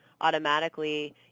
automatically